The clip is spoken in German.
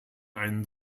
einen